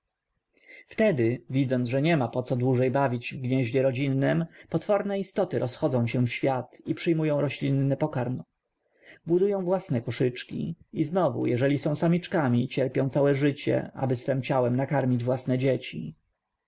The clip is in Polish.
wtedy widząc że niema poco dłużej bawić w gnieździe rodzinnem potworne istoty rozchodzą się w świat i przyjmują roślinny pokarm budują własne koszyczki i znowu jeśli są samiczkami cierpią całe życie aby swem ciałem nakarmić własne dzieci